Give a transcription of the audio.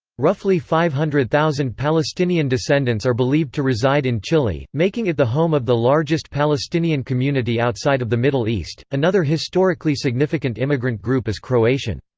roughly five hundred thousand palestinian descendants are believed to reside in chile, making it the home of the largest palestinian community outside of the middle east another historically significant immigrant group is croatian.